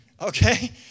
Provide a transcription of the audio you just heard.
Okay